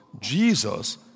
Jesus